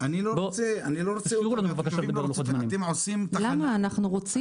קודם כול, למיטב ידיעתי, החומרים הועברו